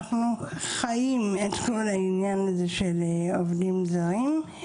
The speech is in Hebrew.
אנחנו חיים את כל העניין הזה של עובדים זרים.